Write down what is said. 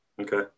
okay